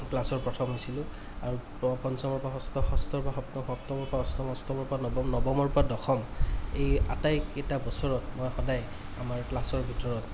ক্লাছৰ প্ৰথম হৈছিলোঁ আৰু পঞ্চমৰপৰা ষষ্ঠ ষষ্ঠৰপৰা সপ্তম সপ্তমৰপৰা অষ্টম অষ্টমৰপৰা নৱম নৱমৰপৰা দশম এই আটাইকেইটা বছৰত মই সদায় আমাৰ ক্লাছৰ ভিতৰত